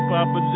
Papa